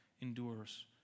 endures